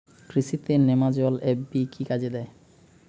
কৃষি তে নেমাজল এফ কি কাজে দেয়?